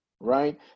right